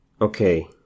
Okay